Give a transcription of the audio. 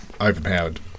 overpowered